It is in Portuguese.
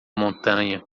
montanha